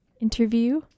interview